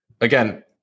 again